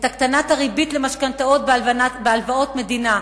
את הקטנת הריבית למשכנתאות בהלוואות מדינה,